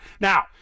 Now